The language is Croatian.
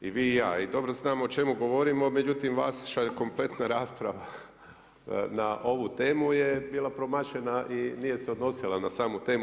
I vi i ja i dobro znamo o čemu govorimo, međutim, vas šalje kompletna rasprava na ovu temu je bila promašena i nije se odnosila na samu temu.